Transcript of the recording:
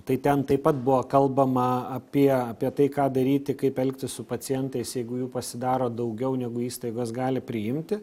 tai ten taip pat buvo kalbama apie apie tai ką daryti kaip elgtis su pacientais jeigu jų pasidaro daugiau negu įstaigos gali priimti